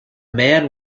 man